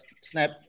Snap